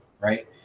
right